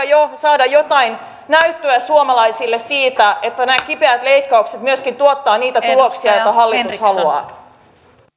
jo saada jotain näyttöä suomalaisille siitä että nämä kipeät leikkaukset myöskin tuottavat niitä tuloksia joita hallitus haluaa